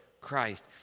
Christ